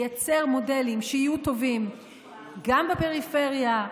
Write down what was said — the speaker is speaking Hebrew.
לייצר מודלים שיהיו טובים גם בפריפריה,